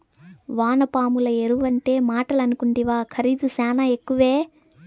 వానపాముల ఎరువంటే మాటలనుకుంటివా ఖరీదు శానా ఎక్కువే